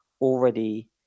already